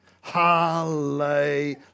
Hallelujah